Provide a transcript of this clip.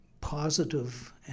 positive